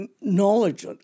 knowledge